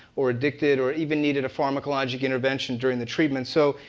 or addicted, or even needed a pharmacologic intervention during the treatment. so,